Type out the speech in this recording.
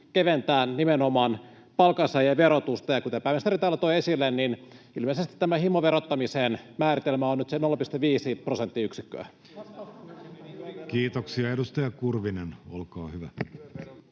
keventää nimenomaan palkansaajien verotusta. Ja kuten pääministeri täällä toi esille, niin ilmeisesti tämä himoverottamisen määritelmä on nyt se 0,5 prosenttiyksikköä. [Vastauspuheenvuoropyyntöjä]